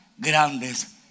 grandes